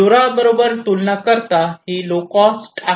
LoRa बरोबर तुलना करता ही लो कॉस्ट आहे